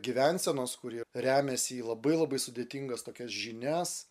gyvensenos kuri remiasi į labai labai sudėtingas tokias žinias